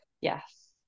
Yes